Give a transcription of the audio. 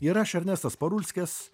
ir aš ernestas parulskis